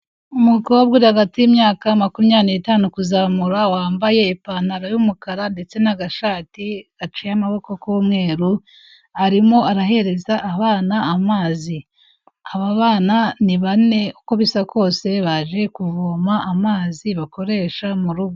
Umukobwa uri hagati y'imyaka makumyabiri n'itanu kuzamura wambaye ipantaro y'umukara ndetse n'agashati gaciye amaboko k'umweru arimo arahereza abana amazi, aba bana ni bane uko bisa kose baje kuvoma amazi bakoresha mu rugo.